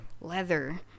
leather